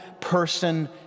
person